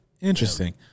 Interesting